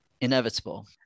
inevitable